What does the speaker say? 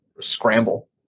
scramble